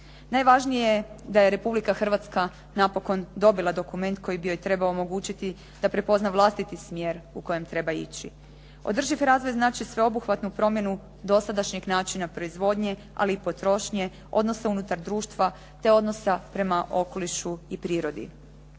Najvažnije je da je Republika Hrvatska napokon dobila dokument koji bi joj trebao omogućiti da prepozna vlastiti smjer u kojem treba ići. Održivi razvoj znači sveobuhvatnu promjenu dosadašnjeg načina proizvodnje ali i potrošnje, odnose unutar društva te odnosa prema okolišu i prirodi.